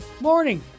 morning